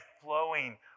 flowing